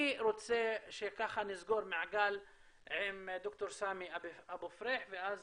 אני רוצה שנסגור מעגל עם ד"ר סאמי אבו פריח ואז